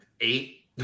eight